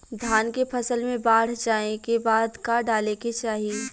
धान के फ़सल मे बाढ़ जाऐं के बाद का डाले के चाही?